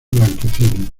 blanquecinos